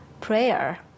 prayer